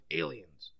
aliens